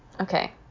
Okay